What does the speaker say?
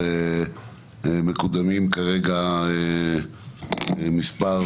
מקודמים כרגע מספר